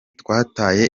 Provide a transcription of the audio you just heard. twataye